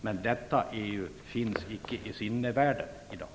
Men detta EU finns icke i sinnevärlden i dag.